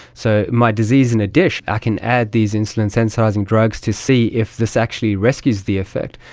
so my disease in a dish, i can add these insulin sensitising drugs to see if this actually rescues the effect,